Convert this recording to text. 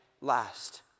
last